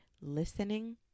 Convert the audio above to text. listening